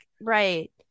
Right